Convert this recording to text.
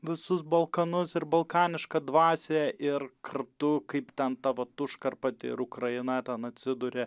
visus balkanus ir balkanišką dvasią ir kartu kaip ten ta vat užkarpatė ir ukraina ten atsiduria